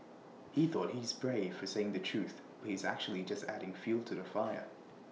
he thought he's brave for saying the truth but he's actually just adding fuel to the fire